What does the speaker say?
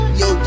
yo